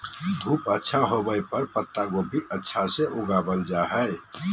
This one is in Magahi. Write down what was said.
धूप अच्छा होवय पर पत्ता गोभी अच्छा से उगावल जा हय